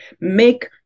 make